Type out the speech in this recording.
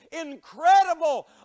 incredible